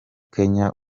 kenya